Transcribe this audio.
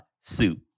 suit